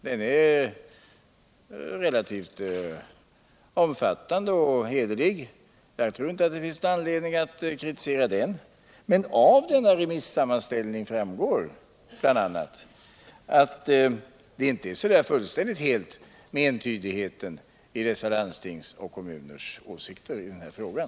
Den är relativt omfattande och hederlig, och jag tror inte att det finns någon anledning att kritisera den. Men av denna remissammanställning framgår bl.a. att det inte är så fullständigt helt med entydigheten i dessa landstings och kommuners åsikter i den här frågan.